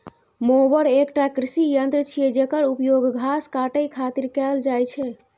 mower एकटा कृषि यंत्र छियै, जेकर उपयोग घास काटै खातिर कैल जाइ छै